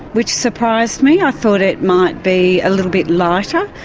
which surprised me. i thought it might be a little bit lighter,